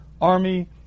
army